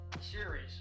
series